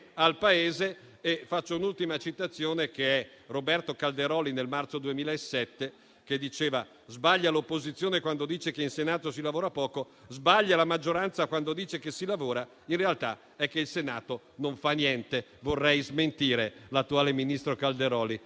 al Paese. Faccio un'ultima citazione che è di Roberto Calderoli, il quale, nel marzo 2007, diceva: sbaglia l'opposizione quando dice che in Senato si lavora poco, sbaglia la maggioranza quando dice che si lavora, la realtà è che il Senato non fa niente. Vorrei smentire l'attuale ministro Calderoli,